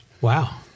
Wow